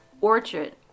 Orchard